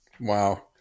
Wow